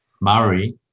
Murray